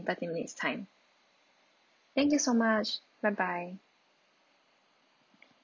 thirty minutes time thank you so much bye bye